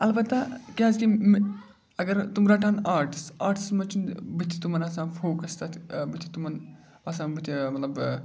البتہ کیٛازکہِ اگر تِم رَٹَن آٹٕس آٹسَس منٛز چھُنہٕ بٕتھِ تِمَن آسان فوکَس تَتھ بٕتھِ تِمَن آسان بٕتھِ مطلب